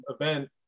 event